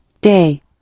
Day